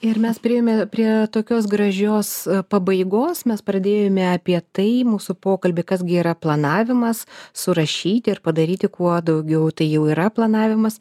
ir mes priėjome prie tokios gražios pabaigos mes pradėjome apie tai mūsų pokalbį kas gi yra planavimas surašyti ir padaryti kuo daugiau tai jau yra planavimas